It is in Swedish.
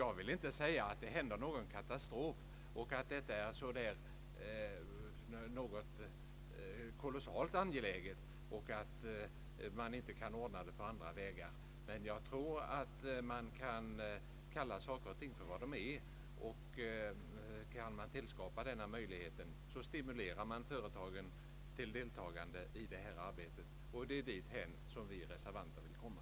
Jag vill inte påstå att det händer någon katastrof om förslaget inte går igenom, och jag vill heller inte göra gällande att detta är en mycket angelägen fråga. Man kan ordna skattefrihet på andra vägar, men jag tror att det är bättre att kalla saker och ting vid deras rätta namn. Om man skapar möjligheter för företagen att skattefritt avsätta pengar till utbildning, stimulerar man företagen att delta i detta arbete. Det är dithän vi reservanter vill komma.